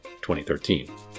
2013